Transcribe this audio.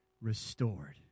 restored